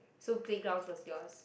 so playgrounds was yours